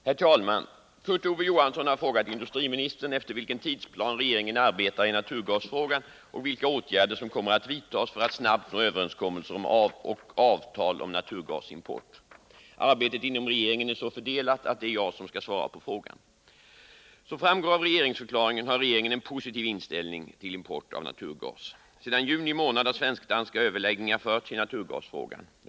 Herr talman! Kurt Ove Johansson har frågat industriministern efter vilken tidsplan regeringen arbetar i naturgasfrågan och vilka åtgärder som kommer att vidtas för att snabbt nå överenskommelser och avtal om naturgasimport. Arbetet inom regeringen är så fördelat att det är jag som skall svara på frågan. Som framgår av regeringsförklaringen har regeringen en positiv inställning till import av naturgas. Sedan juni månad har svensk-danska överläggningar förts i naturgasfrågan.